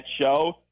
show